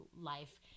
life